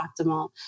optimal